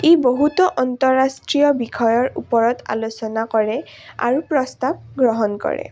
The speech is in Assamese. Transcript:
ই বহুতো আন্তঃৰাষ্ট্ৰীয় বিষয়ৰ ওপৰত আলোচনা কৰে আৰু প্ৰস্তাৱ গ্ৰহণ কৰে